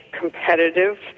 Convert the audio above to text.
competitive